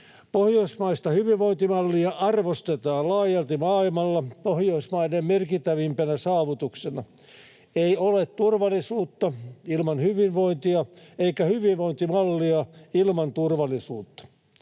Pohjoismaista hyvinvointimallia arvostetaan laajalti maailmalla Pohjoismaiden merkittävimpänä saavutuksena. Ei ole turvallisuutta ilman hyvinvointia eikä hyvinvointimallia ilman turvallisuutta.